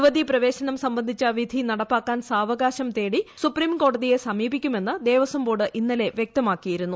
യുവതീ പ്രവേശനം സംബന്ധിച്ച വിധി നടപ്പാക്കാൻ സാവകാശം തേടി സുപ്രീംകോടതിയെ സമീപിക്കുമെന്ന് ദേവസ്വംബോർഡ് ഇന്നലെ വൃക്തമാക്കിയിരുന്നു